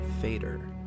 fader